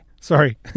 sorry